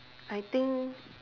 I think